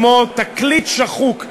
כמו תקליט שחוק,